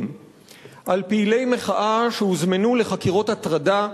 על פעילי מחאה שהוזמנו לחקירות הטרדה,